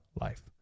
life